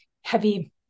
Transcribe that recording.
heavy